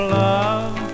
love